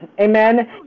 amen